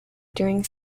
during